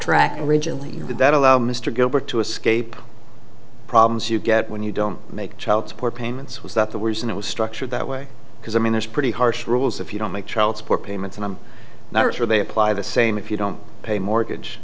track originally that allowed mr gilbert to escape problems you get when you don't make child support payments was that the reason it was structured that way because i mean there's pretty harsh rules if you don't make child support payments and i'm not sure they apply the same if you don't pay mortgage